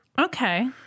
Okay